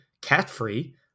cat-free